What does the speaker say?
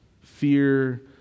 Fear